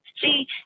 see